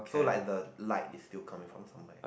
so like the light is still coming from somewhere